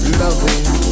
loving